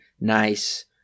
nice